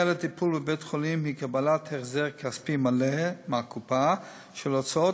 לטיפול בבית-חולים היא קבלת החזר כספי מלא מהקופה של הוצאות